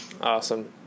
Awesome